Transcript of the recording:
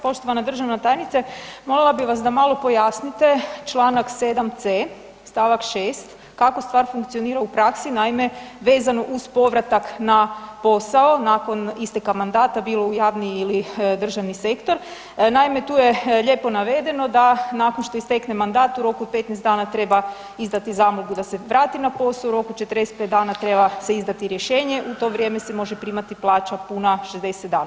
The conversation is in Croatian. Poštivana državna tajnice, molila bi vas da malo pojasnite čl. 7 c stavak 6. kako stvar funkcionira u praksi, naime, vezano uz povratak na posao, nakon isteka mandata, bilo u javni ili državni sektor, naime tu je lijepo navedeno da nakon što istekne mandat, u roku od 15 dana treba izdati zamolbu da se vrati na posao, u roku od 45 dana treba se izdati rješenje, u to vrijeme se može primati plaća puna 60 dana.